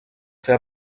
fer